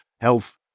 health